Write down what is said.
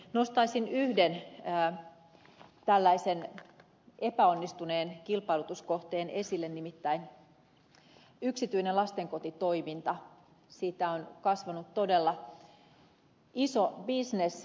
nostaisin yhden tällaisen epäonnistuneen kilpailutuskohteen esille nimittäin yksityisestä lastenkotitoiminnasta on kasvanut todella iso bisnes